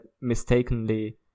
mistakenly